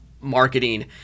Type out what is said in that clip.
marketing